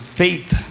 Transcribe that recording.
faith